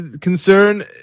concern